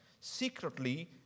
secretly